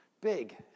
big